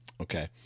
Okay